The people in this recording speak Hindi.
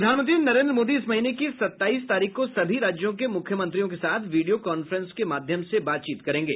प्रधानमंत्री नरेन्द्र मोदी इस महीने की सत्ताईस तारीख को सभी राज्यों के मुख्यमंत्रियों के साथ वीडियो कांफ्रेंस के माध्यम से बातचीत करेंगे